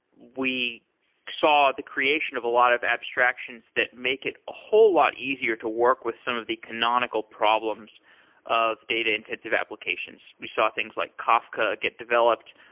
we saw the creation of a lot of abstractions that make it a whole lot easier to work with some of the canonical problems of data-intensive applications. we saw things like kafka get developed.